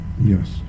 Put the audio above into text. yes